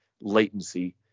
latency